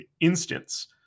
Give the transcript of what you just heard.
instance